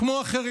כמו אחרים,